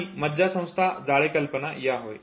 आणि मज्जासंस्था जाळे कल्पना या होय